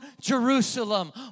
Jerusalem